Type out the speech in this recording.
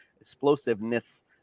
explosiveness